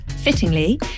Fittingly